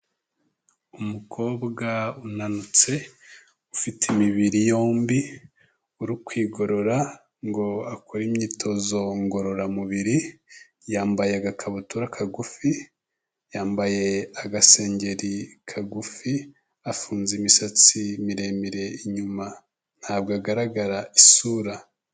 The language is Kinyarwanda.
Umukobwa unanutse, ufite imibiri yombi uri kwigorora ngo akore imyitozo ngororamubiri, yambaye agakabutura kagufi, yambaye agasengeri kagufi, afunze imisatsi miremire inyuma ntabwo agaragara isura.